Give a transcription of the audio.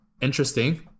interesting